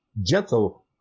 gentle